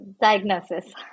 diagnosis